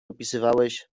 opisywałeś